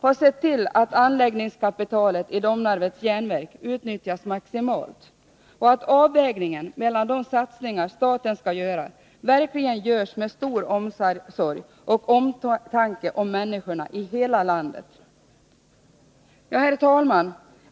har sett till att anläggningskapitalet i Domnarvets Jernverk utnyttjas maximalt och att avvägningen mellan de satsningar staten skall göra verkligen görs med stor omsorg och omtanke om människorna i hela landet. Herr talman!